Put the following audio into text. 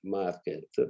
market